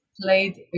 played